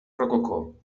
rococó